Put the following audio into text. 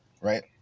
Right